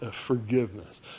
forgiveness